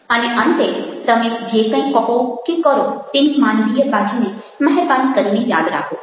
અને અંતે તમે જે કંઈ કહો કે કરો તેની માનવીય બાજુને મહેરબાની કરીને યાદ રાખો